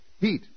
Heat